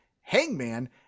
hangman